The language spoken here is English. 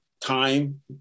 time